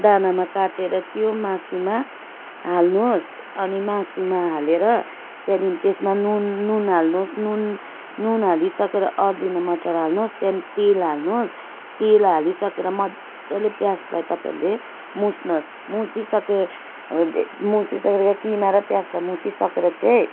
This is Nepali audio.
दानामा काटेर त्यो मासुमा हाल्नुहोस् अनि मासुमा हालेर त्यहाँदेखि त्यसमा नुन नुन हाल्नुहोस् नुन नुन हालिसकेर अजिना मोटो हाल्नुहोस् त्यहाँदेखि तेल हाल्नुहोस् तेल हालिसकेर मज्जाले प्याजलाई तपाईँले मुछ्नुहोस् मुछिसकेर मुछिसकेर किमा र प्याजलाई मुछिसकेर चाहिँ